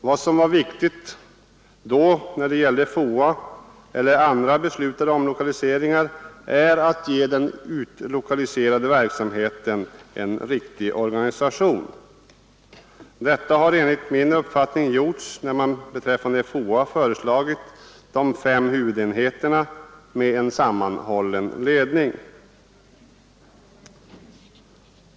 Vad som var viktigt — och vad som är viktigt när det gäller såväl lokaliseringen av FOA som andra beslutade omlokaliseringar — är att ge den utlokaliserade verksamheten en riktig organisation. Detta har man också enligt min uppfattning gjort, när man beträffande FOA har föreslagit de fem huvudenheterna med en sammanhållande ledning.